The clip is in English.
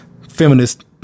feminist